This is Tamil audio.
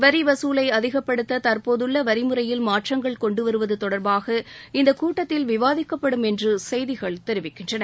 வரி வசூலை அதிகப்படுத்த தற்போதுள்ள வரிமுறையில் மாற்றங்கள் கொண்டு வருவது தொடர்பாக இந்தக்கூட்டத்தில் விவாதிக்கப்படும் என்று செய்திகள் தெரிவிக்கின்றன